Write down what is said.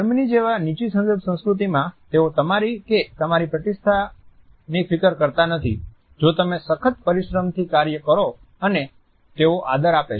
Germany જેવા નીચી સંદર્ભ સંસ્કૃતિમાં તેઓ તમારી કે તમારી પ્રતિષ્ઠાની ફિકર કરતા નથી જો તમે સખત પરિશ્રમથી કાર્ય કરો અને તેઓ આદર આપે છે